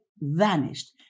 vanished